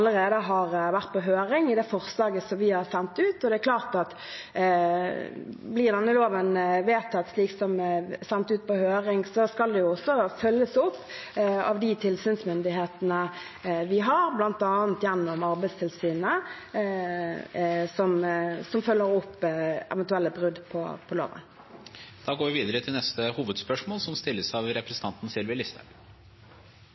har vært på høring, i det forslaget som vi har sendt ut. Det er klart at blir denne loven vedtatt, slik som den er sendt ut på høring, skal det også følges opp av de tilsynsmyndighetene vi har, bl.a. Arbeidstilsynet, som følger opp eventuelle brudd på loven. Da går vi videre til neste hovedspørsmål.